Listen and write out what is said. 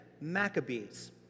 Maccabees